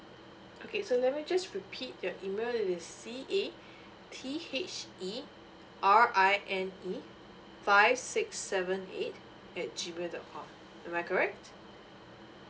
okay so let me just repeat your email is C_A_T_H_E_R_I_N_E five six seven eight at G mail dot com am I correct